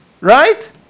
Right